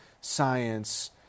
science